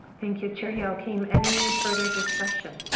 thank you chair youakim any fu rther discussion?